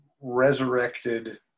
resurrected